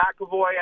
McAvoy